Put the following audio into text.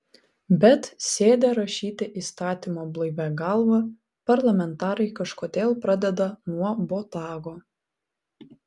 bet sėdę rašyti įstatymo blaivia galva parlamentarai kažkodėl pradeda nuo botago